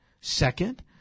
Second